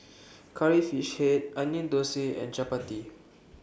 Curry Fish Head Onion Thosai and Chappati